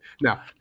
Now